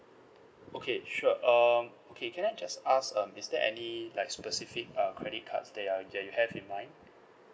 okay sure um okay can I just ask um is there any like specific uh credit cards that are that you have in mind